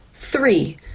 Three